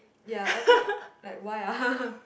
ya abit like why ah